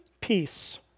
peace